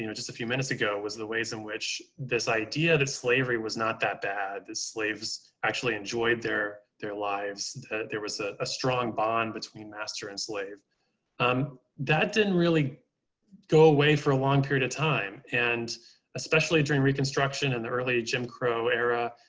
you know just a few minutes ago was the ways in which this idea that slavery was not that bad, that slaves actually enjoyed their their lives. that there was ah a strong bond between master and slave, um that didn't really go away for a long period of time, and especially during reconstruction in the early jim crow era.